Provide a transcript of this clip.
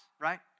right